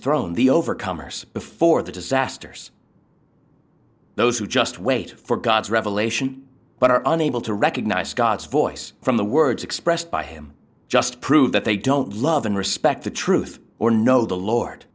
throne the overcomers before the disasters those who just wait for god's revelation but are unable to recognize god's voice from the words expressed by him just prove that they don't love and respect the truth or know the lord